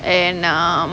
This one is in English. and um